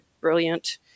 brilliant